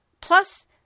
Plus